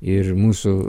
ir mūsų